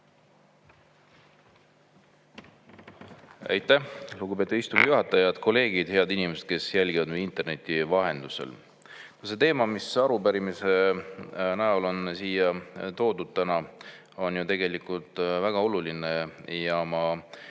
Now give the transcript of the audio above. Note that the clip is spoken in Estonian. Aitäh, lugupeetud istungi juhataja! Head kolleegid! Head inimesed, kes jälgivad meid interneti vahendusel! See teema, mis arupärimise näol on siia täna toodud, on tegelikult väga oluline ja ma